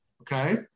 okay